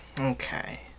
Okay